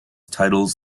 titles